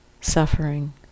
suffering